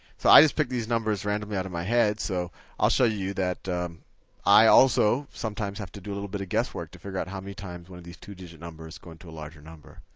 so i just picked these numbers randomly out of my head, so i'll show you that i also sometimes have to do a little bit of guesswork to figure out how many times one of these two-digit numbers go into a larger number.